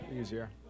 easier